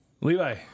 Levi